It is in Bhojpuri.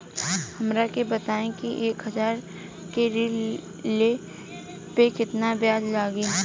हमरा के बताई कि एक हज़ार के ऋण ले ला पे केतना ब्याज लागी?